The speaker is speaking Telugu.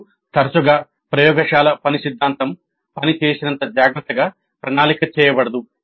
ఇప్పుడు తరచుగా ప్రయోగశాల పని సిద్ధాంతం పని చేసినంత జాగ్రత్తగా ప్రణాళిక చేయబడదు